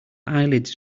eyelids